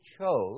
chose